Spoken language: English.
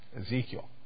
Ezekiel